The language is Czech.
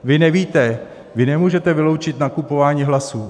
Vy nevíte vy nemůžete vyloučit nakupování hlasů.